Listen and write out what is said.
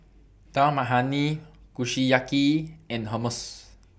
Dal Makhani Kushiyaki and Hummus